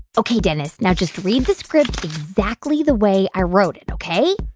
ok, dennis. now, just read the script exactly the way i wrote it, ok?